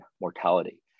mortality